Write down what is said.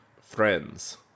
friends